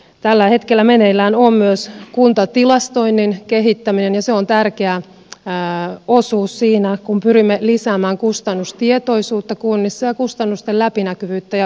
tällä hetkellä meneillään on myös kuntatilastoinnin kehittäminen ja se on tärkeä osuus siinä kun pyrimme lisäämään kustannustietoisuutta kunnissa ja kustannusten läpinäkyvyyttä ja vertailtavuutta